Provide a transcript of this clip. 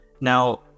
Now